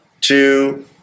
two